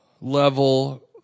level